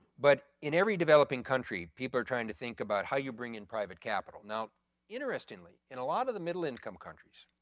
but in every developing country, people are trying to think about how you bring in private capital. now interestingly, in a lot of the middle income countries,